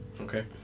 Okay